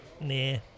nah